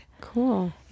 cool